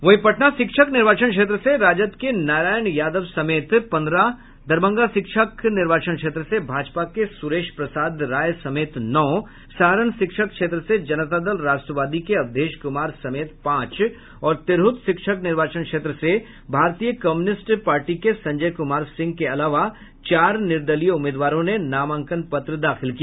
वहीं पटना शिक्षक निर्वाचन क्षेत्र से राजद के नारायण यादव समेत पन्द्रह दरभंगा शिक्षक निर्वाचन क्षेत्र से भाजपा के सुरेश प्रसाद राय समेत नौ सारण शिक्षक क्षेत्र से जनता दल राष्ट्रवादी के अवधेश कुमार समेत पांच और तिरहुत शिक्षक निर्वाचन क्षेत्र से भारतीय कम्युनिस्ट पार्टी के संजय कुमार सिंह के अलावा चार निर्दलीय उम्मीदवारों ने नामांकन पत्र दाखिल किया